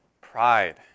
Pride